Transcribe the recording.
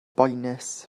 boenus